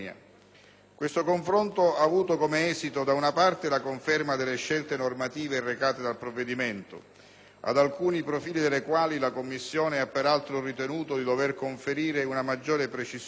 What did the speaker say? Questo confronto ha avuto come esito, da una parte, la conferma delle scelte normative recate dal provvedimento, ad alcuni profili delle quali la Commissione ha peraltro ritenuto di dover conferire una maggiore precisione